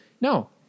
No